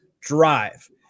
drive